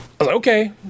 Okay